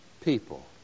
people